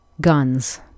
guns